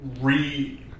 re